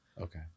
okay